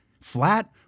Flat